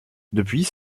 depuis